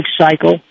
cycle